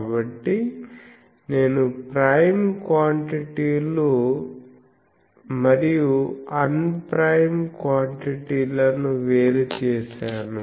కాబట్టి నేను ప్రైమ్ క్వాంటిటీలు మరియు అన్ప్రైమ్ క్వాంటిటీలను వేరు చేసాను